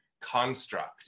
construct